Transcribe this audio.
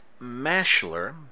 Mashler